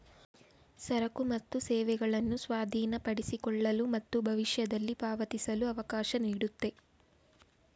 ಸರಕು ಮತ್ತು ಸೇವೆಗಳನ್ನು ಸ್ವಾಧೀನಪಡಿಸಿಕೊಳ್ಳಲು ಮತ್ತು ಭವಿಷ್ಯದಲ್ಲಿ ಪಾವತಿಸಲು ಅವಕಾಶ ನೀಡುತ್ತೆ